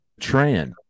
Tran